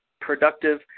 productive